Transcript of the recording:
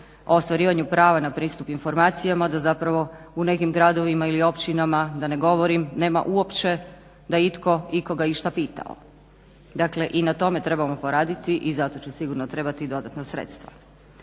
o ostvarivanju prava na pristup informacijama da zapravo u nekim gradovima ili općinama, da ne govorim, nema da uopće itko ikoga išta pitao. Dakle i na tome trebamo poraditi i zato će sigurno trebati dodatna sredstva.